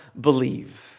believe